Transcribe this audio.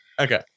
Okay